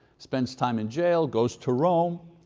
spends time in jail, goes to rome.